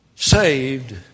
Saved